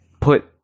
put